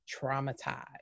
traumatized